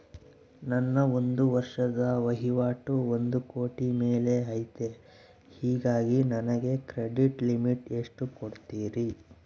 ನನ್ನ ಒಂದು ವರ್ಷದ ವಹಿವಾಟು ಒಂದು ಕೋಟಿ ಮೇಲೆ ಐತೆ ಹೇಗಾಗಿ ನನಗೆ ಕ್ರೆಡಿಟ್ ಲಿಮಿಟ್ ಎಷ್ಟು ಕೊಡ್ತೇರಿ?